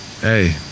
Hey